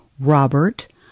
Robert